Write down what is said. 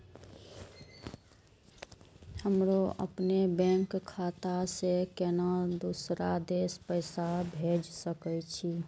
हमरो अपने बैंक खाता से केना दुसरा देश पैसा भेज सके छी?